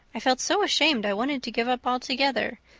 i felt so ashamed i wanted to give up altogether,